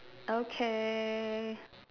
okay